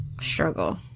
struggle